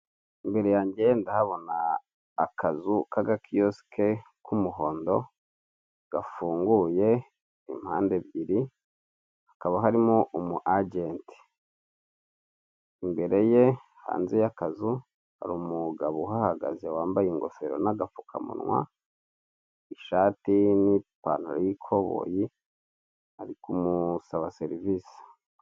Imbere yanjye ndahabona akazu k'aga kiyosike k'umuhondo gafunguye impande ebyiri, hakaba harimo umu ajenti. Imbere ye hanze y'akazu hari umugabo uhahagaze wambaye ingofero n'agapfukamunwa, ishati n'ipantaro y'ikoboyi, ari kumusaba serivise.